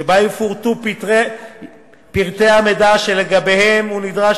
שבה יפורטו פרטי המידע שלגביהם הוא נדרש